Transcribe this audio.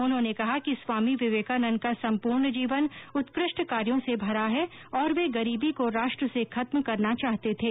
उन्होने कहा कि स्वामी विवेकानन्द का संपूर्ण जीवन उत्कृष्ट कार्यो से भरा है और वे गरीबी को राष्ट्र से खत्म करना चाहते थे